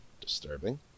disturbing